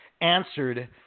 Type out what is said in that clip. answered